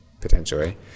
potentially